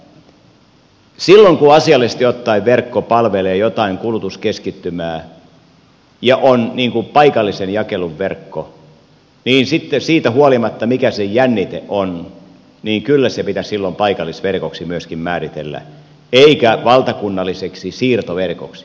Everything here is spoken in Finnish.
silloin kun asiallisesti ottaen verkko palvelee jotain kulutuskeskittymää ja on paikallisen jakelun verkko niin sitten siitä huolimatta mikä sen jännite on kyllä se pitäisi silloin paikallisverkoksi myöskin määritellä eikä valtakunnalliseksi siirtoverkoksi